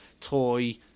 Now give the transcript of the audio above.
toy